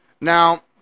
Now